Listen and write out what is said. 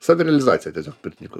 savirealizacija tiesiog pirtininko